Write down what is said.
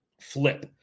flip